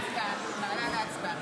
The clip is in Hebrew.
אני מעלה להצבעה.